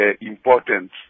important